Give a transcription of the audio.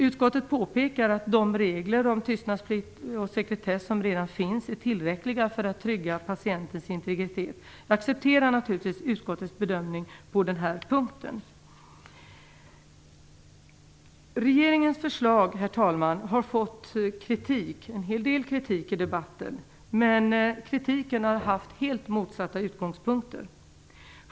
Utskottet påpekar att de regler om tystnadsplikt och sekretess som redan finns är tillräckliga för att trygga patientens integritet. Jag accepterar naturligtvis utskottets bedömning på denna punkt. Herr talman! Regeringens förslag har fått kritik - en hel del kritik - i debatten, men kritiken har haft helt motsatta utgångspunkter.